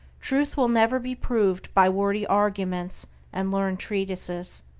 truth will never be proved by wordy arguments and learned treatises,